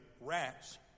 rats